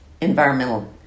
environmental